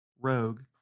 Rogue